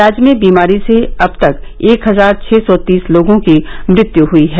राज्य में बीमारी से अब तक एक हजार छ सौ तीस लोगों की मृत्यु हुई है